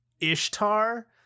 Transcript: ishtar